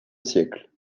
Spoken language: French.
siècle